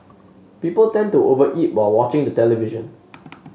people tend to over eat while watching the television